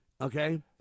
Okay